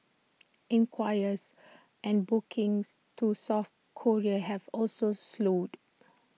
inquiries and bookings to south Korea have also slowed